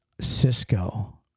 Cisco